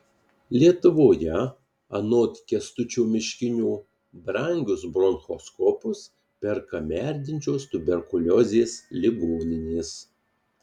lietuvoje anot kęstučio miškinio brangius bronchoskopus perka merdinčios tuberkuliozės ligoninės